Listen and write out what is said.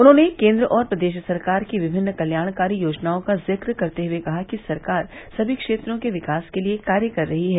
उन्होंने केन्द्र और प्रदेश सरकार की विभिन्न कल्याणकारी योजनाओं का जिक्र करते हए कहा कि सरकार सभी क्षेत्रों के विकास के लिए कार्य कर रही है